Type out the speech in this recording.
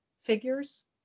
figures